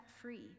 free